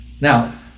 Now